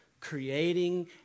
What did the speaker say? creating